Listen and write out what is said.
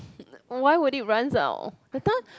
why would it runs out